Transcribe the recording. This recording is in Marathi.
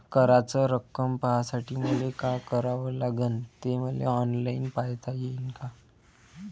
कराच रक्कम पाहासाठी मले का करावं लागन, ते मले ऑनलाईन पायता येईन का?